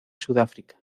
sudáfrica